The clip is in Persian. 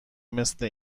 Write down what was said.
مثل